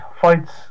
fights